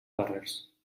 darrers